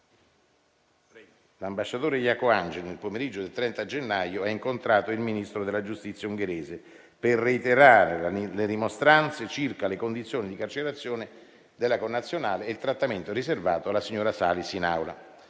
l'ambasciatore Jacoangeli, nel pomeriggio del 30 gennaio, ha incontrato il Ministro della giustizia ungherese per reiterare le rimostranze circa le condizioni di carcerazione della connazionale e il trattamento riservato alla signora Salis in aula.